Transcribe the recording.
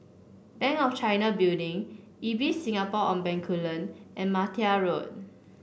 Bank of China Building Ibis Singapore on Bencoolen and Martia Road